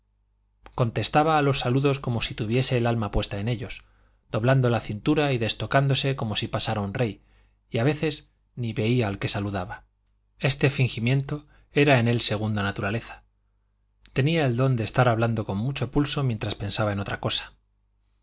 contestaba a los saludos como si tuviese el alma puesta en ellos doblando la cintura y destocándose como si pasara un rey y a veces ni veía al que saludaba este fingimiento era en él segunda naturaleza tenía el don de estar hablando con mucho pulso mientras pensaba en otra cosa